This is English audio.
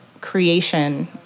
creation